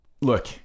Look